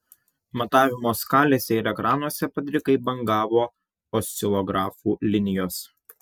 matavimo skalėse ir ekranuose padrikai bangavo oscilografų linijos